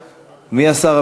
3062,